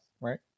right